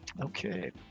Okay